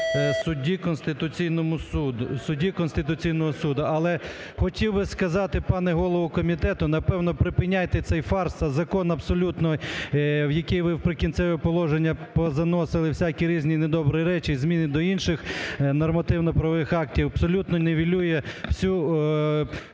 судді Конституційного Суду. Але хотів би сказати, пане голово комітету, напевно, припиняйте цей фарс. Закон абсолютно, який ви у Прикінцеві положення позаносили всякі різні недобрі речі, зміни до інших нормативно-правових актів, абсолютно нівелює всю